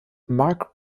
mark